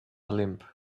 limb